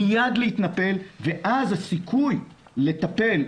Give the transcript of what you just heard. מיד להתנפל ואז הסיכוי לטפל,